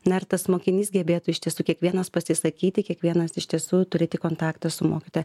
na ir tas mokinys gebėtų iš tiesų kiekvienas pasisakyti kiekvienas iš tiesų turėti kontaktą su mokytoja